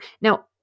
Now